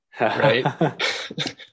Right